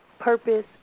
purpose